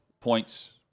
points